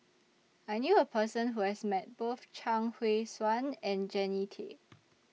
I knew A Person Who has Met Both Chuang Hui Tsuan and Jannie Tay